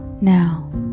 Now